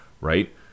Right